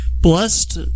blessed